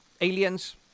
Aliens